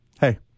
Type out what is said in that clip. Hey